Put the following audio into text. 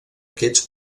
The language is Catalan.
aquests